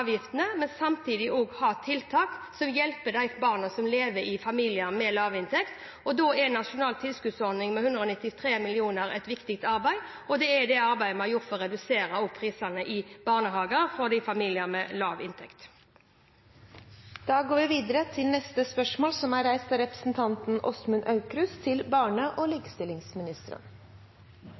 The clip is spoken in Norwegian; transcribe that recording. men samtidig har tiltak som hjelper de barna som lever i familier med lavinntekt. Da er den nasjonale tilskuddsordningen med 193 mill. kr et viktig arbeid, og det er det arbeidet vi har gjort for å redusere prisene i barnehager for familier med lav inntekt. «I 2013 var maksprisen for en barnehageplass 2 330 kr pr. måned. I 2017 er